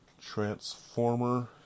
Transformer